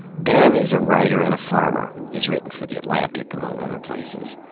ben is a writer and a farmer. he's written for the atlantic, among other places.